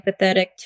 empathetic